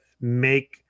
make